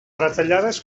retallades